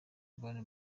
urban